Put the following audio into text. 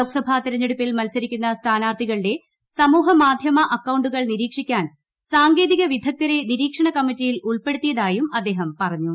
ലോക്സഭാ തിരഞ്ഞെടുപ്പിൽ മത്സരിക്കുന്ന സ്ഥാനാർത്ഥികളുടെ സമൂഹ മാധ്യമ അക്കൌണ്ടുകൾ നിരീക്ഷിക്കാൻ സാങ്കേതിക വിദഗ്ദ്ധരെ നിരീക്ഷണ കമ്മിറ്റിയിൽ ഉൾപ്പെടുത്തിയതായും അദ്ദേഹം പറഞ്ഞു